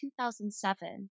2007